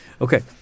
Okay